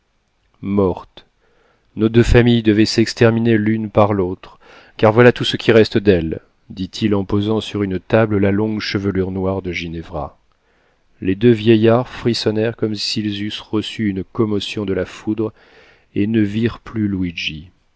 morte nos deux familles devaient s'exterminer l'une par l'autre car voilà tout ce qui reste d'elle dit-il en posant sur une table la longue chevelure noire de ginevra les deux vieillards frissonnèrent comme s'ils eussent reçu une commotion de la foudre et ne virent plus